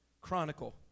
Chronicle